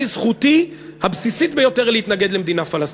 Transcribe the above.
זכותי הבסיסית ביותר להתנגד למדינה פלסטינית.